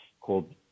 called